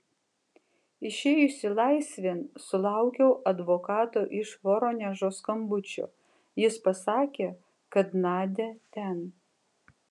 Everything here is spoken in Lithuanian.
išėjusi laisvėn sulaukiau advokato iš voronežo skambučio jis pasakė kad nadia ten